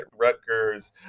Rutgers